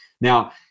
Now